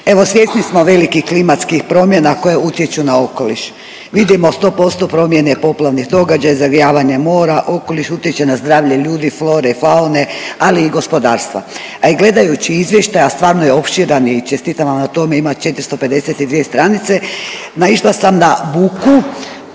evo svjesni smo velikih klimatskih promjena koje utječu na okoliš. Vidimo 100% promjene poplavnih događaja, zagrijavanje mora, okoliš utječe na zdravlje ljudi, flore i faune ali i gospodarstva. A i gledajući izvještaj, a stvarno je opširan i čestitam vam na tome, ima 452 stranice, naišla sam na buku